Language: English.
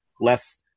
less